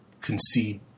concede